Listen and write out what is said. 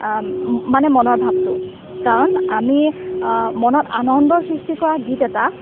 মানে মনৰ ভাবটো কাৰণ আমি মনত আনন্দ সৃষ্টি কৰা গীত এটা